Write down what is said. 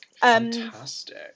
fantastic